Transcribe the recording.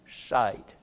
sight